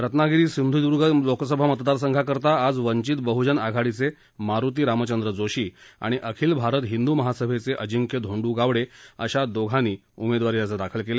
रत्नागिरी सिंधूदर्ग लोकसभा मतदारसंघाकरिता आज वंचित बहजन आघाडीचे मारुती रामचंद्र जोशी आणि अखिल भारत हिंदू महासभेचे अजिंक्य धोंडू गावडे अशा दोघा उमेदवारांनी उमेदवारी अर्ज दाखल केले